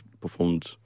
performed